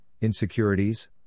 insecurities